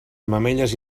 mamelles